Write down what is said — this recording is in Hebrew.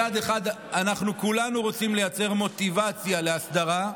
מצד אחד אנחנו כולנו רוצים לייצר מוטיבציה להסדרה.